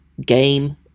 game